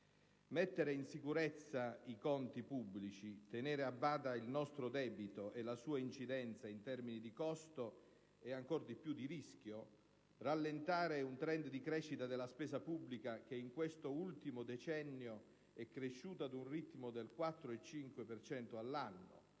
Mettere in sicurezza i nostri conti pubblici, tenere a bada il nostro debito pubblico e la sua incidenza in termini di costo e ancor di più di rischio, rallentare un *trend* di crescita della spesa pubblica che in questo ultimo decennio è cresciuta ad un ritmo del 4,5 per cento